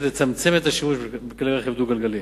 לצמצם את השימוש בכלי רכב דו-גלגלי.